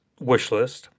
Wishlist